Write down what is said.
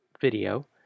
video